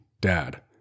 Dad